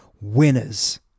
winners